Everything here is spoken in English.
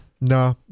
nah